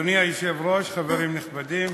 אדוני היושב-ראש, חברים נכבדים,